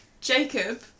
Jacob